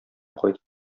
кайтып